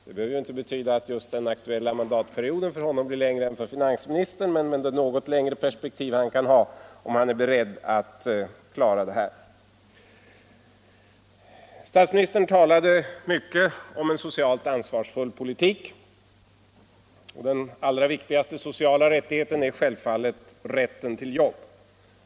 Det behöver inte betyda att den aktuella mandatperioden för honom blir längre än för finansministern, men det är ju intressant att höra med tanke på det något längre perspektiv han kan ha, om han är beredd att klara upp den här saken. Statsministern talade mycket om en socialt ansvarsfull politik. Den allra viktigaste sociala rättigheten är självfallet rätten till jobb.